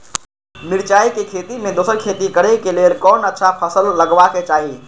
मिरचाई के खेती मे दोसर खेती करे क लेल कोन अच्छा फसल लगवाक चाहिँ?